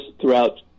throughout